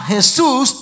Jesus